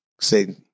say